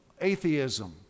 atheism